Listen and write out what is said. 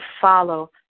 follow